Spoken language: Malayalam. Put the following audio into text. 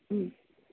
ഉം